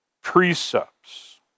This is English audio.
precepts